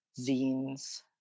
zines